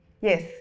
Yes